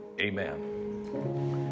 Amen